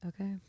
okay